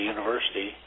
University